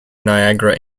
niagara